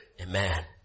Amen